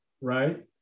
right